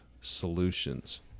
solutions